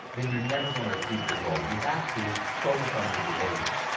then you're never going to achieve your goal. you have to focus on your behaviors.